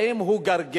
האם הוא גרגר?